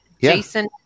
Jason